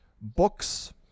books